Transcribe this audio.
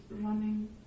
running